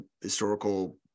historical